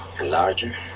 Larger